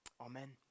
Amen